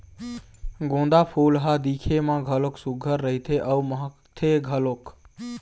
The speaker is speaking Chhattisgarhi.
गोंदा फूल ह दिखे म घलोक सुग्घर रहिथे अउ महकथे घलोक